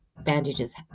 bandages